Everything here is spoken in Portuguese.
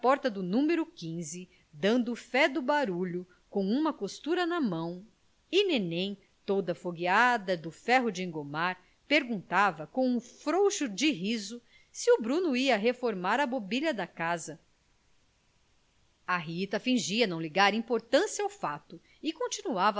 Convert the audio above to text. do numero dando fé do barulho com uma costura na mão e nenen toda afogueada do ferro de engomar perguntava com um frouxo riso se o bruno ia reformar a mobília da casa a rita fingia não ligar importância ao fato e continuava